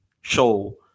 show